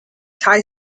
thai